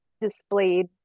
displayed